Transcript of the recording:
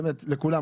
באמת, לכולם.